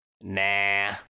Nah